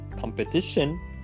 competition